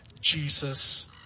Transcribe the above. Jesus